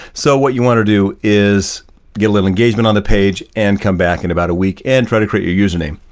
so what you want to do is get a little engagement on the page and come back in about a week and try to create your username.